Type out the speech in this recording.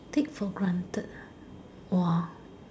take for granted !wah!